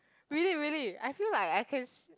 really really I feel like I can see